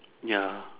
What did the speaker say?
ya